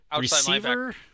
Receiver